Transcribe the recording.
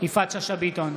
יפעת שאשא ביטון,